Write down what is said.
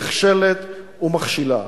נכשלת ומכשילה.